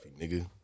nigga